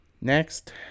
Next